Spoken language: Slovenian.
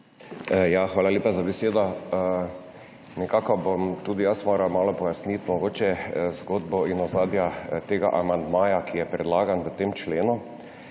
Hvala lepa za besedo. Tudi sam moram malce pojasniti zgodbo in ozadja tega amandmaja, ki je predlagan k temu členu.